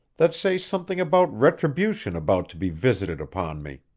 that say something about retribution about to be visited upon me.